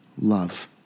love